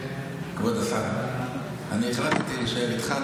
כבוד השר, אני החלטתי להישאר איתך.